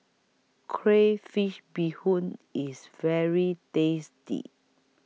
Crayfish Beehoon IS very tasty